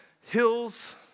hills